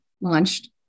launched